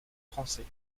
français